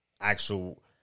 actual